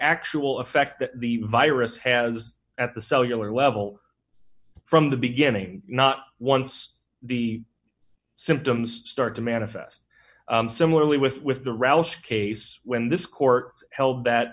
actual effect that the virus has at the cellular level from the beginning not once the symptoms start to manifest similarly with the ralph case when this court held that